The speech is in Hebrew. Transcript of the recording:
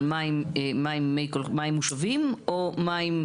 על מים מושבים או מים?